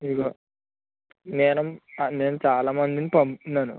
ఇదిగో మేడం నేను చాలా మందిని పంపుతున్నాను